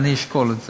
אני אשקול את זה.